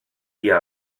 dia